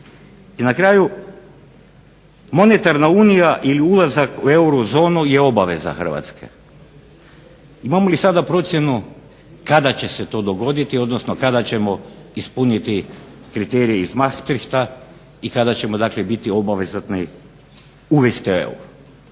I na kraju monetarna unija ili ulazak u Eurozonu je obaveza Hrvatske, imamo li sada procjenu kada će se to dogoditi odnosno kada ćemo ispuniti kriterije iz Maastrichta i kada ćemo biti obavezatni uvesti euro?